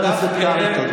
חבר הכנסת קרעי, החוצה.